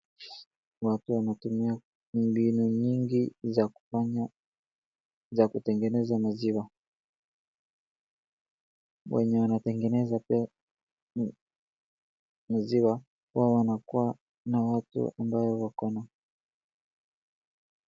Watu wanatumia mbinu nyingi za kutengeneza maziwa. Wenye wanatengeneza pia maziwa wao wanakuwa na watu ambao wakona...